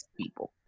people